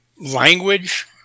language